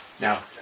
Now